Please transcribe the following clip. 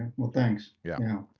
well, thanks, yeah.